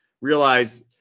realize